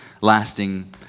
lasting